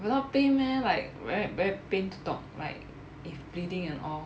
will not pain meh like very very pain to talk like if bleeding and all